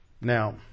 now